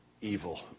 evil